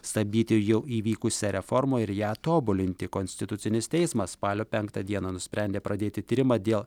stabdyti jau įvykusią reformą ir ją tobulinti konstitucinis teismas spalio penktą dieną nusprendė pradėti tyrimą dėl